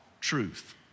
truth